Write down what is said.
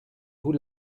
vous